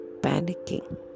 panicking